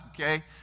Okay